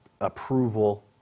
approval